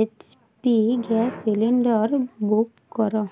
H P gas cylinder book କର